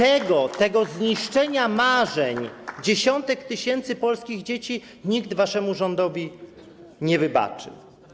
I tego zniszczenia marzeń dziesiątek tysięcy polskich dzieci nikt waszemu rządowi nie wybaczy.